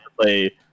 play